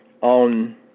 on